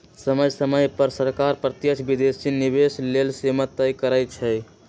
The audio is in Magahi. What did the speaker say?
समय समय पर सरकार प्रत्यक्ष विदेशी निवेश लेल सीमा तय करइ छै